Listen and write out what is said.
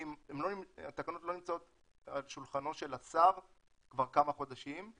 התקנות לא נמצאות על שולחנו של השר כבר כמה חודשים.